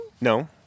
No